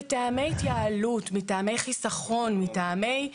מטעמי התייעלות, מטעמי חיסכון, מטעמי,